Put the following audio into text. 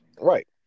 Right